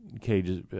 cages